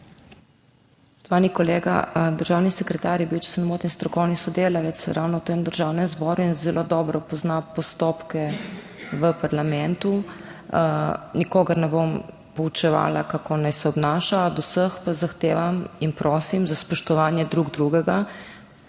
Spoštovani kolega, državni sekretar je bil, če se ne motim, strokovni sodelavec ravno v Državnem zboru in zelo dobro pozna postopke v parlamentu. Nikogar ne bom poučevala, kako naj se obnaša, od vseh pa zahtevam in prosim za spoštovanje drug drugega,